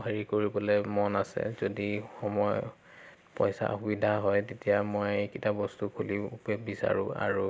হেৰি কৰিবলৈ মন আছে যদি সময় পইচা সুবিধা হয় তেতিয়া মই এইকেইটা বস্তু খুলিব পে বিচাৰোঁ আৰু